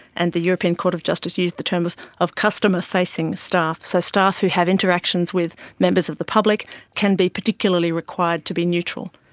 and the european court of justice use the term of of customer-facing staff. so staff who had interactions with members of the public can be particularly required to be neutral.